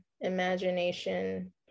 imagination